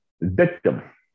victim